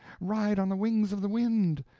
ride on the wings of the wind!